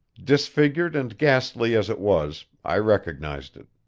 disfigured and ghastly as it was, i recognized it.